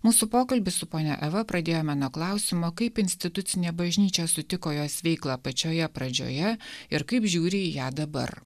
mūsų pokalbį su ponia eva pradėjome nuo klausimo kaip institucinė bažnyčia sutiko jos veiklą pačioje pradžioje ir kaip žiūri į ją dabar